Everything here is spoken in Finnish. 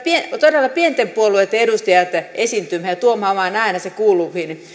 todella pienten puolueitten edustajat esiintymään ja tuomaan oman äänensä kuuluviin